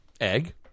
Egg